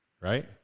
right